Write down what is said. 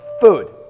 Food